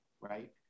right